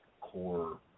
core